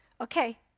Okay